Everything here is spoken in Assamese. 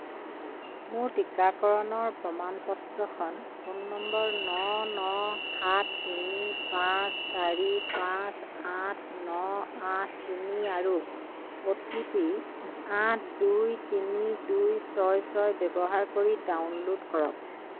মোৰ টীকাকৰণৰ প্ৰমাণ পত্ৰখন ফোন নম্বৰ ন ন সাত তিনি পাঁচ চাৰি পাঁচ আঠ ন আঠ তিনি আৰু অ'টিপি আঠ দুই তিনি দুই ছয় ছয় ব্যৱহাৰ কৰি ডাউনলোড কৰক